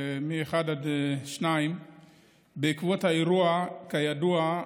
2-1. בעקבות האירוע, כידוע,